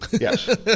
Yes